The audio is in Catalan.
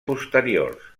posteriors